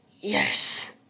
Yes